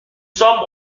sommes